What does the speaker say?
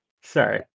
Sorry